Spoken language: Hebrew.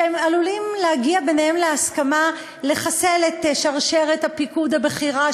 שהם עלולים להגיע ביניהם להסכמה לחסל את שרשרת הפיקוד הבכירה,